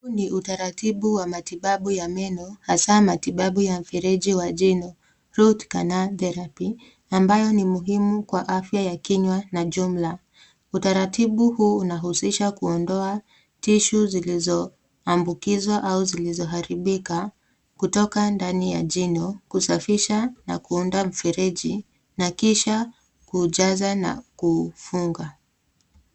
Huu ni utaratibu wa matibabu ya meno hasaa matibabu ya mifereji wa jino root canal therapy ambayo ni muhimu kwa afya ya kinywa na jumla. Utaratibu huu unahusisha kuondoa tissue zilizoambukizwa au zilizo haribika kutoka ndani ya jino, kusafisha na kuunda mifereji na kisha kujaza na kufunga.